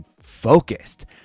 focused